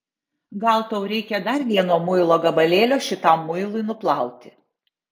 gal tau reikia dar vieno muilo gabalėlio šitam muilui nuplauti